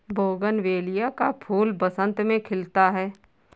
bougainvillea का फूल बसंत में खिलता है